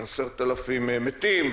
10,000 מתים,